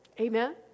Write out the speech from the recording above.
Amen